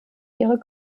ihre